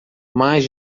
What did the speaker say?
mais